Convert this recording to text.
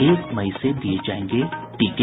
एक मई से दिये जायेंगे टीके